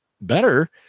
better